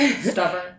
Stubborn